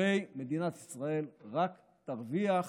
הרי מדינת ישראל רק תרוויח,